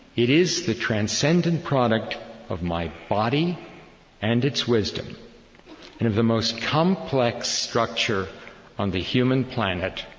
it is the transcendent product of my body and its wisdom and of the most complex structure on the human planet,